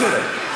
בסדר?